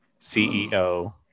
CEO